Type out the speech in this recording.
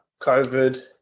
COVID